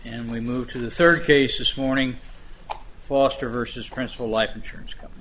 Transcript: and we move to the third case this morning foster versus prince a life insurance company